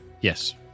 yes